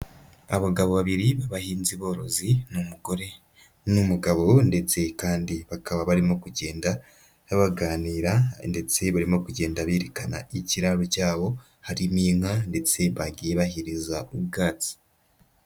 Abagabo babiri b'abahinzi borozi, ni umugore n'umugabo ndetse kandi bakaba barimo kugenda baganira ndetse barimo kugenda berekana ikiraro cyabo harimo inka ndetse bagiye bahereza ubwatsi.